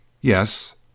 Yes